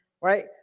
right